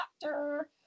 doctor